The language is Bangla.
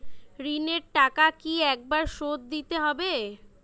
ঋণের টাকা কি একবার শোধ দিতে হবে?